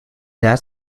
that